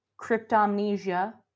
cryptomnesia